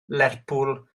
lerpwl